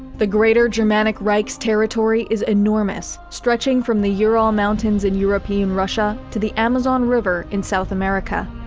the greater germanic reich's territory is enormous, stretching from the ural mountains in european russia to the amazon river in south america.